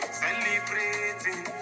celebrating